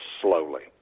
slowly